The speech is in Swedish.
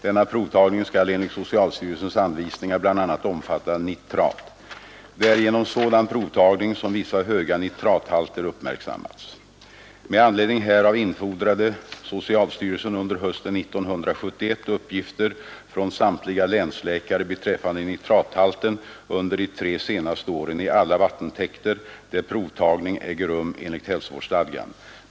Denna provtagning skall enligt socialstyrelsens anvisningar bl.a. omfatta nitrat. Det är genom sådan provtagning som vissa höga nitrathalter uppmärksammats. Med anledning härav infordrade socialstyrelsen under hösten 1971 uppgifter från samtliga länsläkare beträffande nitrathalten under de tre senaste åren i alla vattentäkter där provtagning äger rum enligt hälsovårdsstadgan.